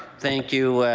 thank you,